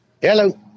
Hello